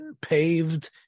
paved